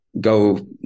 go